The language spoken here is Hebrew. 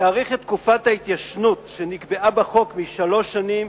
על הארכת תקופת ההתיישנות שנקבעה בחוק משלוש שנים